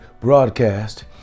broadcast